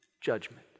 judgment